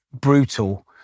brutal